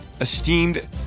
esteemed